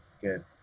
Good